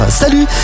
Salut